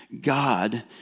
God